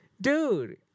dude